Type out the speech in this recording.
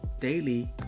daily